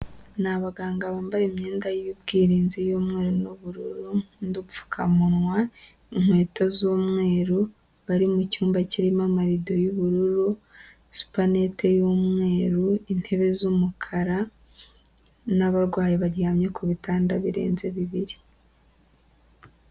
Ni abaganga bambaye imyenda y'ubwirinzi y'umweru n'ubururu n'udupfukamunwa, inkweto z'umweru bari mu cyumba kirimo amarido y'ubururu, supanete y'umweru, intebe z'umukara, n'abarwayi baryamye ku bitanda birenze bibiri.